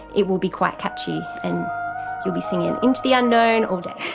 it will be quite catchy, and you'll be singing into the unknown all day.